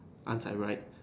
I'm side right